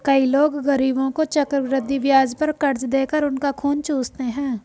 कई लोग गरीबों को चक्रवृद्धि ब्याज पर कर्ज देकर उनका खून चूसते हैं